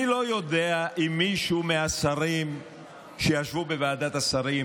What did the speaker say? אני לא יודע אם מישהו מהשרים שישבו בוועדת השרים